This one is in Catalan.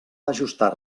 ajustar